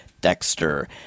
Dexter